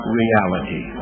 reality